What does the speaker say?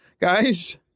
guys